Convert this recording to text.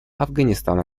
афганистан